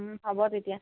ওম হ'ব তেতিয়া